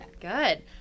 Good